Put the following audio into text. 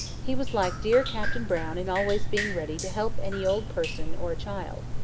he was like dear captain brown in always being ready to help any old person or a child.